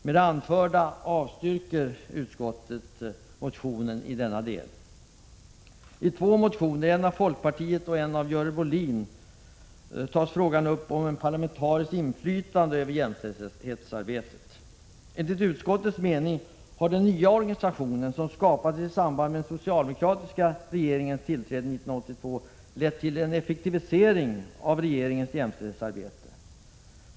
Med det anförda avstyrks motionen i denna del. I två motioner — en av folkpartiet och en av Görel Bohlin — tas frågan upp om parlamentariskt inflytande över jämställdhetsarbetet. Enligt utskottets mening har den nya organisationen som skapades i samband med den socialdemokratiska regeringens tillträde 1982 lett till en effektivisering av regeringens jämställdhetsarbete.